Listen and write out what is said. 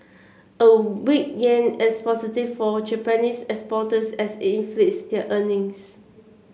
a weak yen as positive for Japanese exporters as inflates their earnings